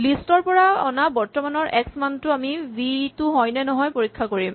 list ৰ পৰা অনা বৰ্তমানৰ এক্স মানটো আমি বিচৰা ভি টো হয় নে নহয় আমি পৰীক্ষা কৰিম